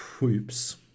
whoops